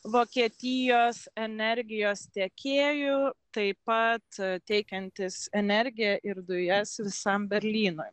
vokietijos energijos tiekėjų taip pat teikiantis energiją ir dujas visam berlynui